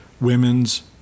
women's